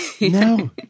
No